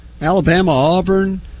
Alabama-Auburn